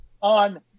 on